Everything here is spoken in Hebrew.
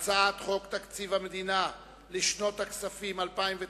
את הצעת חוק תקציב המדינה לשנות הכספים 2009